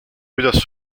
kuidas